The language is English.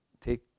take